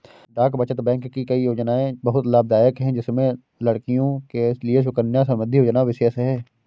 डाक बचत बैंक की कई योजनायें बहुत लाभदायक है जिसमें लड़कियों के लिए सुकन्या समृद्धि योजना विशेष है